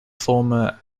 former